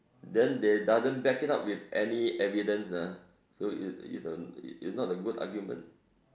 then they doesn't back it up with any evidence ah so it it's a it's not a good argument